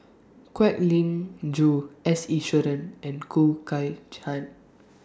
Kwek Leng Joo S Iswaran and Khoo Kay